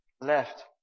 left